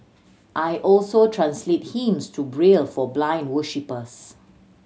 I also translate hymns to Braille for blind worshippers